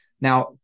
Now